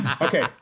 Okay